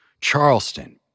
Charleston